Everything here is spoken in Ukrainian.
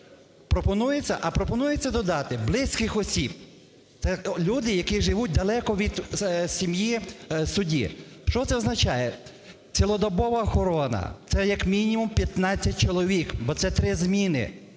А пропонується додати "близьких осіб", це люди, які живуть далеко від сім'ї судді. Що це означає? Цілодобова охорона, це як мінімум 15 чоловік, бо це три зміни.